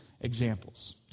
examples